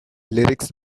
lyrics